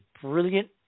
brilliant